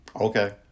Okay